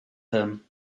him